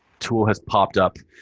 tool has popped up